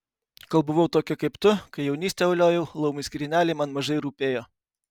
kol buvau tokia kaip tu kai jaunystę uliojau laumių skrynelė man mažai rūpėjo